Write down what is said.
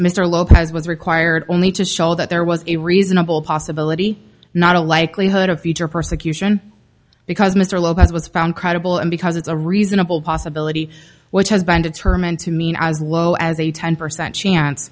mr lopez was required only to show that there was a reasonable possibility not a likelihood of future persecution because mr lopez was found credible and because it's a reasonable possibility which has been determined to mean as low as a ten percent chance